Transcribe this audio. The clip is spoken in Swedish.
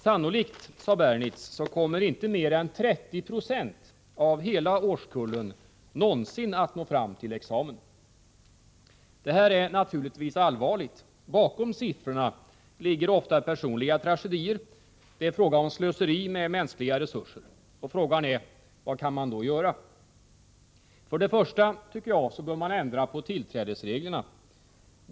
Sannolikt, sade Bernitz, kommer inte mer än 30 96 av årskullen någonsin att nå fram till examen. Det här är naturligtvis allvarligt. Bakom siffrorna ligger ofta personliga tragedier. Det är fråga om slöseri med mänskliga resurser. Frågan är: Vad kan man göra? Först och främst tycker jag att man bör ändra tillträdesreglerna.